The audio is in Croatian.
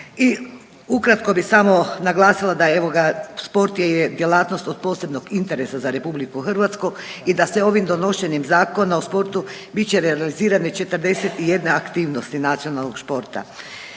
I ukratko bih samo naglasila da evo ga, sport je djelatnost od posebnog interesa za Republiku Hrvatsku i da se ovim donošenjem Zakona o sportu bit će realizirane 41 aktivnosti nacionalnog športa